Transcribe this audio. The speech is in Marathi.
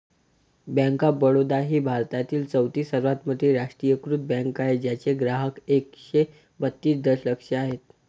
बँक ऑफ बडोदा ही भारतातील चौथी सर्वात मोठी राष्ट्रीयीकृत बँक आहे ज्याचे ग्राहक एकशे बत्तीस दशलक्ष आहेत